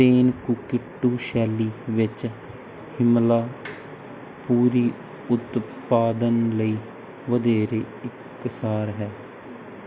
ਤੇਨਕੁਟੀਟੂ ਸ਼ੈਲੀ ਵਿੱਚ ਹਿਮਲਾ ਪੂਰੀ ਉਤਪਾਦਨ ਲਈ ਵਧੇਰੇ ਇਕਸਾਰ ਹੈ